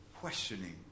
questioning